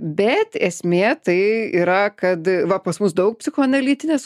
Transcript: bet esmė tai yra kad va pas mus daug psichoanalitinės